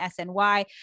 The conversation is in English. SNY